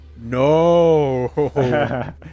No